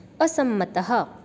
असम्मतः